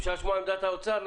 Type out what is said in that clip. אפשר לשמוע את עמדת האוצר?